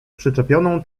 przyczepioną